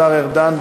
השר ארדן.